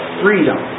freedom